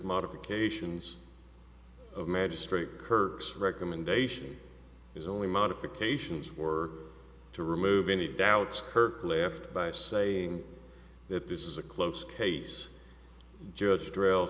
modifications of magistrate kirk's recommendation is only modifications or to remove any doubts kirk left by saying that this is a close case judge trail